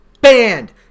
Banned